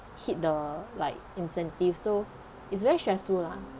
hit the like incentive so it's very stressful lah